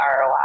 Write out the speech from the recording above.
ROI